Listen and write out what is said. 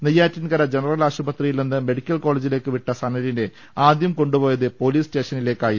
Neyyattinkara general ആശുപത്രിയിൽ നിന്ന് medical കോളജിലേക്ക് വിട്ട സനലിനെ ആദ്യം കൊണ്ടുപോയത് പൊലീസ് സ്റ്റേഷനിലേക്കായിരുന്നു